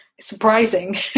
surprising